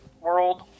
world